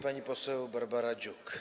Pani poseł Barbara Dziuk.